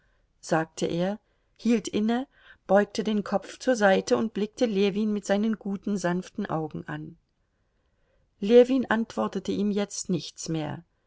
sagte er hielt inne beugte den kopf zur seite und blickte ljewin mit seinen guten sanften augen an ljewin antwortete ihm jetzt nichts mehr